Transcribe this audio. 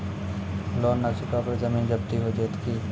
Loan न चुका पर जमीन जब्ती हो जैत की?